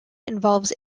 involves